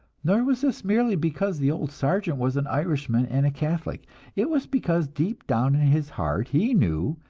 nor was this merely because the old sergeant was an irishman and a catholic it was because deep down in his heart he knew,